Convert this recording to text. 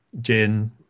gin